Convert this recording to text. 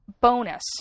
bonus